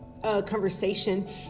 conversation